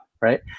right